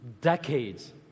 Decades